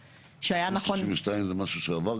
שהיה נכון --- תיקון 32 זה משהו שכבר עבר.